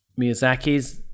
Miyazaki's